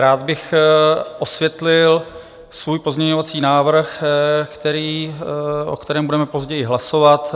Rád bych osvětlil svůj pozměňovací návrh, o kterém budeme později hlasovat.